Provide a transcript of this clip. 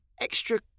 extra